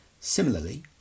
Similarly